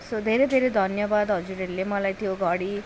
so धेरै धेरै धन्यवाद हजुरहरूले मलाई त्यो घडी